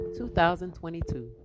2022